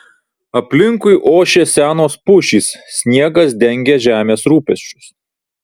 aplinkui ošė senos pušys sniegas dengė žemės rūpesčius